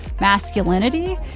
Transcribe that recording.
masculinity